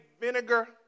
vinegar